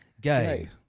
Gay